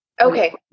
Okay